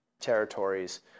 territories